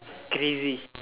crazy